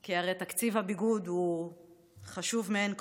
כי הרי תקציב הביגוד הוא חשוב מאין כמותו.